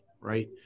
right